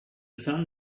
sun